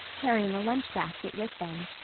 carrying a lunch basket with them.